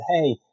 Hey